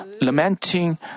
lamenting